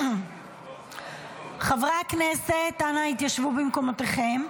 חברי הכנסת, אנא התיישבו במקומותיכם.